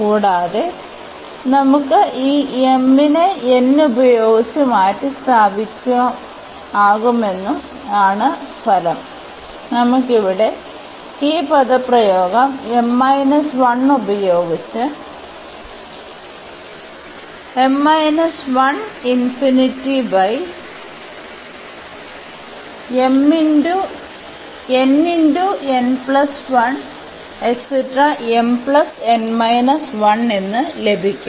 കൂടാതെ നമുക്ക് ഈ m നെ n ഉപയോഗിച്ച് മാറ്റിസ്ഥാപിക്കാനാകുമെന്നതാണ് ഫലം നമുക്ക് ഇവിടെ ഈ പദപ്രയോഗം m 1 ഉപയോഗിച്ച് എന്ന് ലഭിക്കും